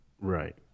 Right